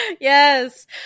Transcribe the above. Yes